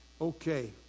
Okay